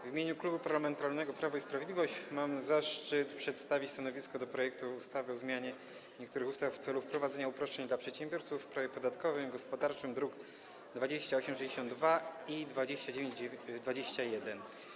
W imieniu Klubu Parlamentarnego Prawo i Sprawiedliwość mam zaszczyt przedstawić stanowisko wobec projektu ustawy o zmianie niektórych ustaw w celu wprowadzenia uproszczeń dla przedsiębiorców w prawie podatkowym i gospodarczym, druki nr 2862 i 2921.